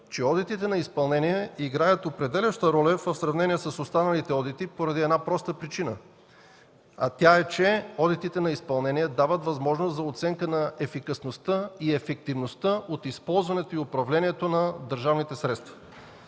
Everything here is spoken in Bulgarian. че одитите на изпълнение играят определяща роля в сравнение с останалите одити, поради една проста причина – одитите на изпълнение дават възможност за оценка на ефикасността и ефективността от използването и управлението на държавните средства.